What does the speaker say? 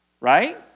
Right